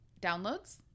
downloads